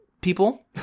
people